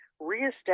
reestablish